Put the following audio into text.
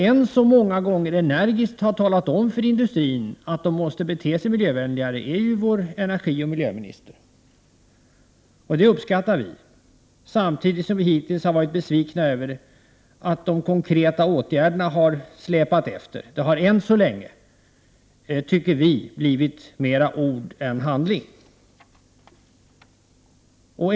En som många gånger energiskt talat om för industrin att den måste bete sig miljövänligare är vår miljöoch energiminister, och det uppskattar vi, samtidigt som vi hittills har varit besvikna över att de konkreta åtgärderna har släpat efter. Det har ännu så länge, tycker vi, blivit mera ord än handling.